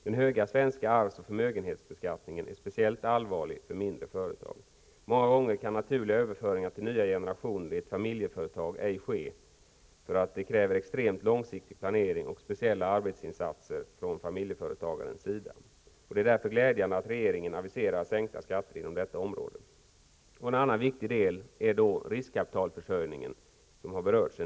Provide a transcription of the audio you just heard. Den höga svenska arvs och förmögenhetsbeskattningen är speciellt allvarlig för mindre företag. Många gånger kan naturliga överföringar till nya generationer i ett familjeföretag ej ske därför att de kräver extremt långsiktig planering och speciella arbetsinsatser från familjeföretagarens sida. Det är därför glädjande att regeringen aviserar sänkta skatter inom detta område. En annan viktig del gäller riskkapitalförsörjningen, som har berörts.